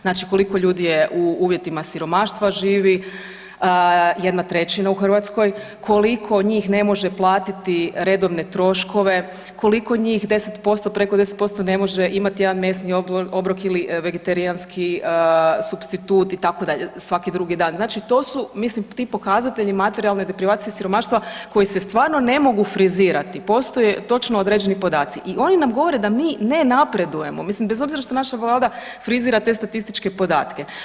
Znači koliko ljudi u uvjetima siromaštva živi, 1/3 u Hrvatskoj, koliko njih ne može platiti redovne troškove, koliko njih 10%, preko 10% ne može imat jedan mesni obrok ili vegetarijanski supstitut itd., svaki drugi dan, znači to su, mislim ti pokazatelji materijalne deprivacije siromaštva koji se stvarno ne mogu frizirati, postoje točno određeni podaci i oni nam govore da mi ne napredujemo mislim bez obzira što naša vlada frizira te statističke podatke.